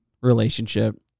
relationship